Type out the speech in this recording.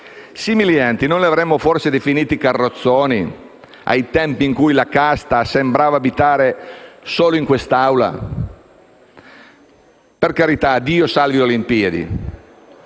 Simili enti non li avremmo forse definiti carrozzoni, ai tempi in cui la «casta» sembrava abitare solo quest'Aula? Per carità, Dio salvi le Olimpiadi.